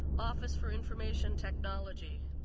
office for information technology.